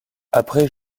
après